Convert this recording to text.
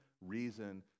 reason